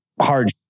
hard